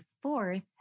fourth